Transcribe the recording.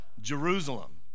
Jerusalem